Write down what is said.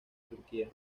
turquía